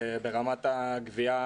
דהיינו,